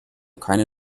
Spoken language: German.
keine